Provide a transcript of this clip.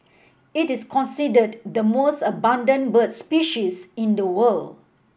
it is considered the most abundant bird species in the world